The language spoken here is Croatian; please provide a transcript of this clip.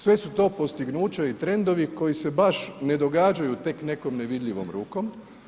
Sve su to postignuća i trendovi koji se baš ne događaju tek nekom nevidljivom rukom.